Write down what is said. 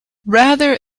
rather